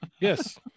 Yes